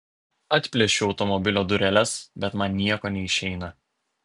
atplėšiu automobilio dureles bet man nieko neišeina